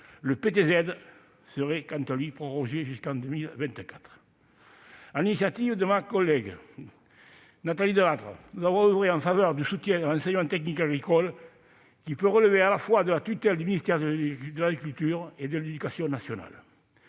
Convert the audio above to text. Le PTZ serait quant à lui prorogé jusqu'en 2024. Sur l'initiative de ma collègue Nathalie Delattre, nous avons oeuvré en faveur du soutien à l'enseignement technique agricole, qui peut relever de la double tutelle du ministère de l'agriculture et du ministère de l'éducation nationale.